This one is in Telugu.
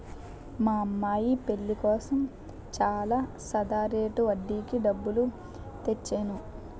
మా అమ్మాయి పెళ్ళి కోసం చాలా సాదా రేటు వడ్డీకి డబ్బులు తెచ్చేను